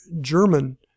German